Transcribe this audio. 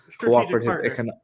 cooperative